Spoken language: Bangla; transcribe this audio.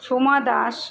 সোমা দাস